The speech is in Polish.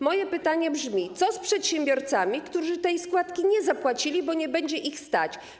Moje pytanie brzmi: Co z przedsiębiorcami, którzy tej składki nie zapłacili, bo ich nie stać?